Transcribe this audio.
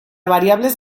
variables